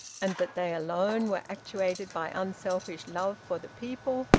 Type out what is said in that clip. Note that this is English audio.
and that they alone were actuated by unselfish love for the people,